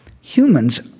humans